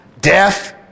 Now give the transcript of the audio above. Death